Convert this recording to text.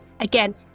Again